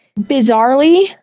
bizarrely